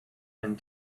and